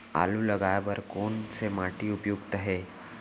आलू लगाय बर कोन से माटी उपयुक्त हे?